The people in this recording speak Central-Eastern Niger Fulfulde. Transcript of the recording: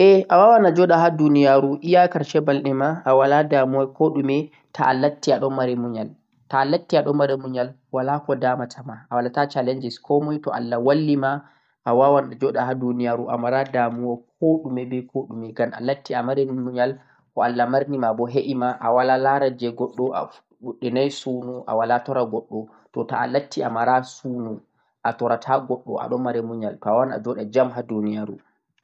Ae awawan ajoɗa ha duniyaru iyaa karshe balɗema aheɓai damuwa ko seɗɗa to'a lattiɗo marɗo munyal. Ta'a latti ɗon mari munyal walako damatama, to Allah wallima awawan ajoɗa ha duniyaru amarai damuwa ngam a latti marɗo munyal, ko Allah marnimabo he'emaa, awala la'ara je goɗɗo, awala suuno bo awala turnde